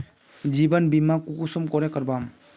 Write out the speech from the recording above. जीवन बीमा कुंसम करे करवाम?